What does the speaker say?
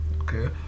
Okay